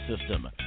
system